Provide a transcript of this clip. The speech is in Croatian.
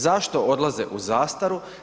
Zašto odlaze u zastaru?